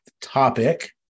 topic